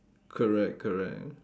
correct correct